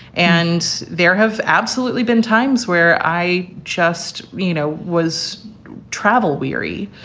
and there have absolutely been times where i just, you know, was travel weary.